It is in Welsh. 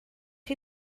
chi